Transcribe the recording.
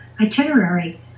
itinerary